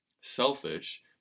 selfish